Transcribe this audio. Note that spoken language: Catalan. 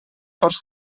força